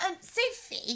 Sophie